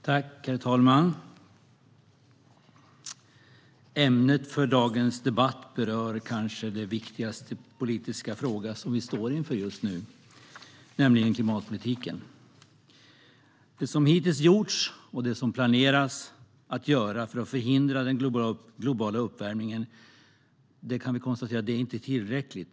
Herr talman! Ämnet för dagens debatt berör den kanske viktigaste politiska fråga som vi står inför just nu, nämligen klimatpolitiken. Vi kan konstatera att det som hittills har gjorts och det som planeras att göras för att förhindra den globala uppvärmningen inte är tillräckligt.